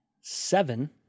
Seven